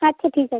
আচ্ছা ঠিক আছে